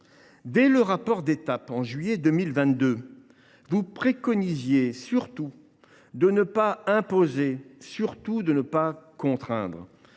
Dès le rapport d’étape, en juillet 2022, vous préconisiez de ne rien imposer et de ne pas contraindre.